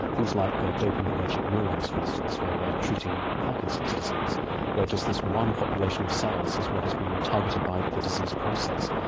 things like dopaminergic neurons, for instance, for treating parkinson's disease where just this one population of cells is what is being targeted by the disease process.